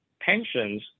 pensions